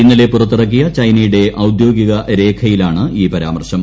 ഇന്നലെ പുറത്തിറക്കിയ ചൈനയുടെ ഔദ്യോഗിക രേഖയിലാണ് ഈ പരാമർശം